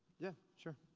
yeah, sure.